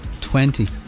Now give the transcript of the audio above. Twenty